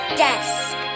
desk